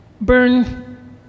Burn